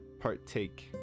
partake